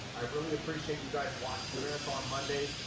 appreciate marathon mondays,